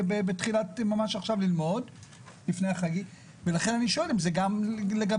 בתחילת ספטמבר ולכן אני שואל אם זה גם לגביהם?